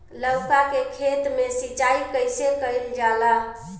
लउका के खेत मे सिचाई कईसे कइल जाला?